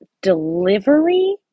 delivery